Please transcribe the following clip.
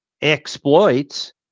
exploits